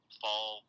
fall